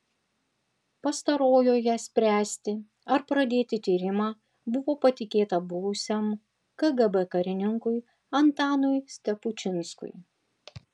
pastarojoje spręsti ar pradėti tyrimą buvo patikėta buvusiam kgb karininkui antanui stepučinskui